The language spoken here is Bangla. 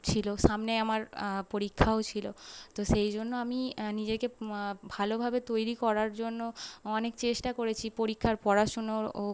ছিল সামনে আমার পরীক্ষাও ছিল তো সেই জন্য আমি নিজেকে ভালোভাবে তৈরি করার জন্য অনেক চেষ্টা করেছি পরীক্ষার পড়াশুনোর ও